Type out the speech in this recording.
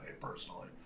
personally